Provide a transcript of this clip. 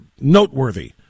noteworthy